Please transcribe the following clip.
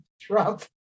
Trump